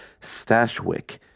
Stashwick